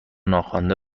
ناخوانده